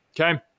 Okay